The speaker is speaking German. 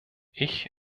ich